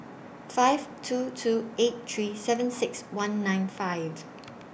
five two two eight three seven six one nine five